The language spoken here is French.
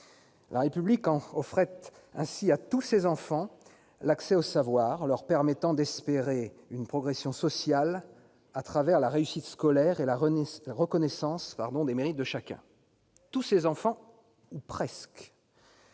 La République offrait ainsi à tous ses enfants l'accès au savoir, leur permettant d'espérer une progression sociale à travers la réussite scolaire et la reconnaissance des mérites de chacun. À tous ses enfants, dis-je -